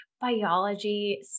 biology